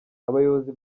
abayobozi